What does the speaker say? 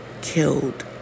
killed